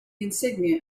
insignia